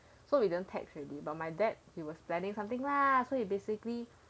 so we didn't text already but my dad he was planning something lah so he basically